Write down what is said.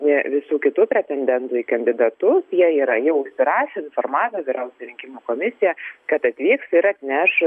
visų kitų pretendentų į kandidatus jie yra jau užsirašę informavę vyriausiąją rinkimų komisiją kad atvyks ir atneš